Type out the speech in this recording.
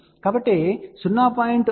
కాబట్టి 0